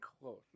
close